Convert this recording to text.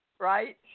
right